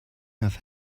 have